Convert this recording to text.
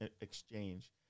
exchange